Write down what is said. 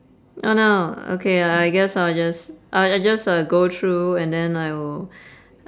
oh no okay I guess I'll just I'll just uh go through and then I will